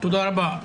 תודה רבה.